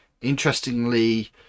interestingly